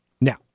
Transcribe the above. Now